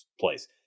place